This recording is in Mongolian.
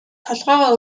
толгойгоо